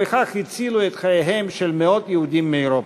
ובכך הצילו את חייהם של מאות יהודים מאירופה.